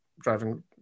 driving